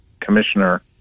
commissioner